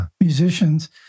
musicians